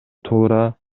туура